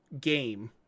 game